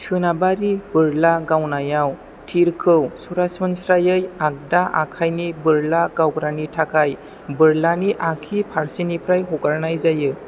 सोनाबारि बोरला गावनायाव तीरखौ सरासनस्रायै आगदा आखायनि बोरला गावग्रानि थाखाय बोरलानि आग्सि फारसेनिफ्राय हगारनाय जायो